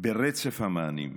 ברצף המענים במשרד.